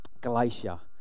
Galatia